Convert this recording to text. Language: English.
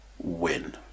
win